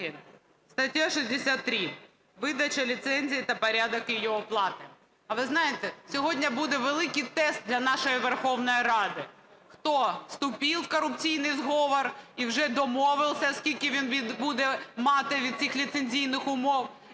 стаття 63 "Видача ліцензій та порядок її оплати". А ви знаєте, сьогодні буде великий тест для нашої Верховної Ради, хто вступив в корупційний зговір і вже домовився, скільки він буде мати від цих ліцензійних умов,